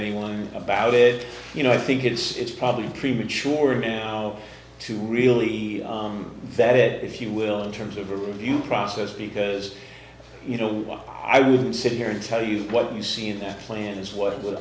anyone about it you know i think it's probably premature now to really that it if you will in terms of the review process because you know what i wouldn't sit here and tell you what you see in that plan is what will